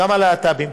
גם הלהט"בים,